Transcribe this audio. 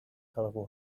colorful